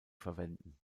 verwenden